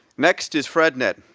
next is frednet,